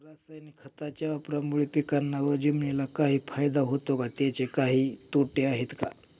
रासायनिक खताच्या वापरामुळे पिकांना व जमिनीला काही फायदा होतो का? त्याचे काही तोटे आहेत का?